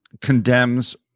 condemns